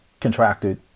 contracted